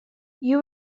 you